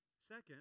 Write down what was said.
Second